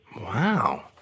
Wow